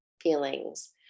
feelings